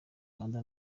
uganda